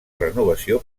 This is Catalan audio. renovació